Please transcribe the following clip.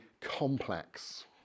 complex